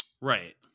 right